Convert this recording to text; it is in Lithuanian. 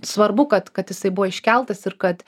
svarbu kad kad jisai buvo iškeltas ir kad